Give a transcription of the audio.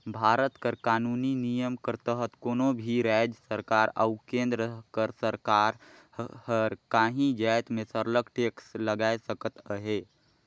भारत कर कानूनी नियम कर तहत कोनो भी राएज सरकार अउ केन्द्र कर सरकार हर काहीं जाएत में सरलग टेक्स लगाए सकत अहे